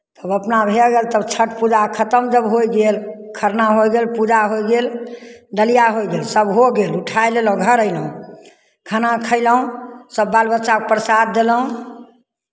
तब अपना भए गेल तब छठि पूजा खतम जब होय गेल खरना होय गेल पूजा होय गेल डलिया होय गेल सभ होय गेल उठाय लेलहुँ घर अयलहुँ खाना खयलहुँ सभ बाल बच्चाकेँ प्रसाद देलहुँ